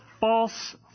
false